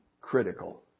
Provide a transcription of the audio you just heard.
critical